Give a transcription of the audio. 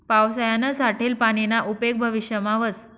पावसायानं साठेल पानीना उपेग भविष्यमा व्हस